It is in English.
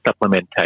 supplementation